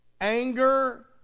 anger